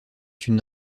une